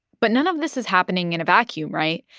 but none of this is happening in a vacuum, right?